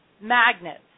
magnets